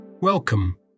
Welcome